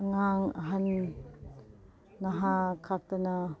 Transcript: ꯑꯉꯥꯡ ꯑꯍꯟ ꯅꯍꯥ ꯈꯥꯛꯇꯅ